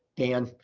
dan,